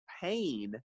pain